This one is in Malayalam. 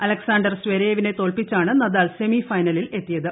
അലക്സാണ്ടർ സ്വരേവിനെ തോൽപ്പിച്ചാണ് നദാൽ സെമി ഫൈനലിൽ എത്തിയത്